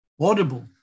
audible